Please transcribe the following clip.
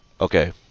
Okay